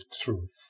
truth